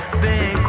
the